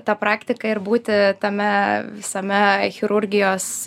ta praktika ir būti tame visame chirurgijos